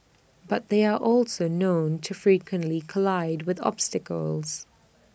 but they are also known to frequently collide with obstacles